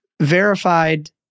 verified